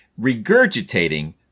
Regurgitating